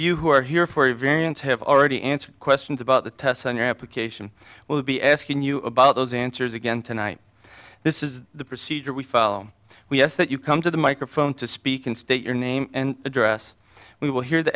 you who are here for a variance have already answered questions about the tests on your application will be asking you about those answers again tonight this is the procedure we follow we ask that you come to the microphone to speak and state your name and address we will hear the